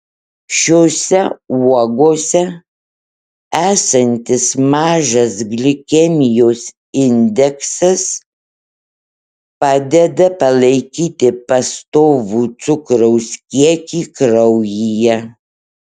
šiose uogose esantis mažas glikemijos indeksas padeda palaikyti pastovų cukraus kiekį kraujyje